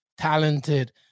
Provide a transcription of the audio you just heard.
talented